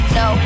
no